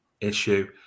issue